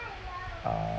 uh